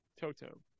Toto